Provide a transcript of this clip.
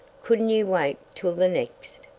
couldn't you wait till the next?